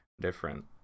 different